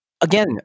Again